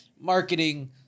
marketing